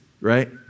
right